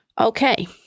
Okay